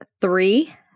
three